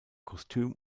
kostüm